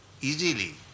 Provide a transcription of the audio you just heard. easily